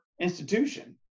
institution